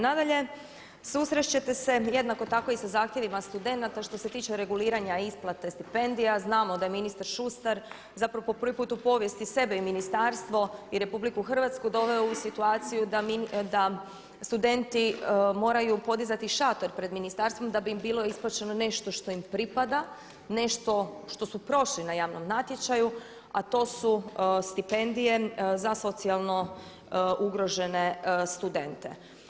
Nadalje, susresti ćete se jednako tako i sa zahtjevima studenata, što se tiče reguliranja isplate stipendija, znamo da je ministar Šustar zapravo po prvi put u povijesti sebe i ministarstvo i RH doveo u situaciju da studenti moraju podizati šator pred ministarstvom da bi im bilo isplaćeno nešto što im pripada, nešto što su prošli na javnom natječaju a to su stipendije za socijalno ugrožene studente.